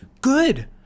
Good